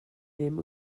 ddim